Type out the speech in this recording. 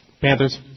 Panthers